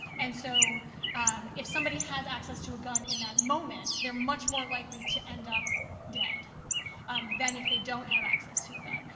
and so um if somebody has access to a gun in that moment, they're much more likely to end up dead um than if they don't have access to a gun.